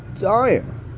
dying